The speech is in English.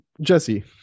Jesse